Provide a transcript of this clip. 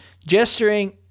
Gesturing